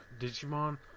digimon